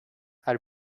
are